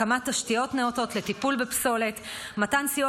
הקמת תשתיות נאותות לטיפול בפסולת ומתן סיוע